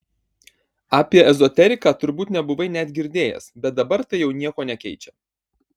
apie ezoteriką turbūt nebuvai net girdėjęs bet dabar tai jau nieko nekeičia